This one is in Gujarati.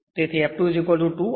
તેથી Sf2f છે